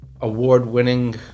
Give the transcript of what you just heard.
award-winning